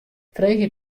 freegje